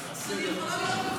אני רוצה להתנצל,